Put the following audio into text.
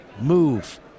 move